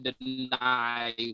deny